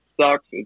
sucks